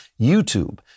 YouTube